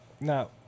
Now